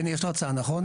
בני יש לך הצעה נכון?